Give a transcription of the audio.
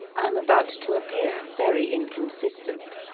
i am about to appear very inconsistent.